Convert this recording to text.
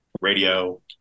radio